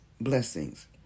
blessings